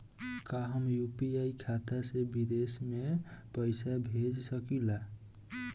का हम यू.पी.आई खाता से विदेश में पइसा भेज सकिला?